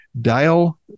dial